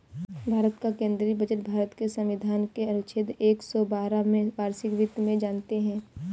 भारत का केंद्रीय बजट भारत के संविधान के अनुच्छेद एक सौ बारह में वार्षिक वित्त में जानते है